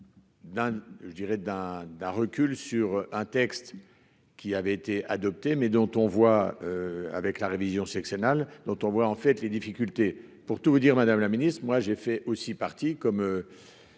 je dirais d'un d'un recul sur un texte qui avait été adopté mais dont on voit avec la révision sexe anal dont on voit en fait les difficultés pour tout vous dire madame la Ministre, moi j'ai fait aussi partie, comme